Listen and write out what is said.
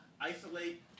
isolate